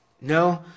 No